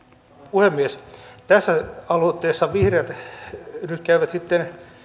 puhemies tässä aloitteessa vihreät nyt käyvät sitten